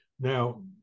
Now